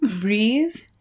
Breathe